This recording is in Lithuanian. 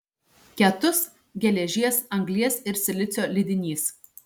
ketus geležies anglies ir silicio lydinys